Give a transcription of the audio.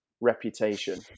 reputation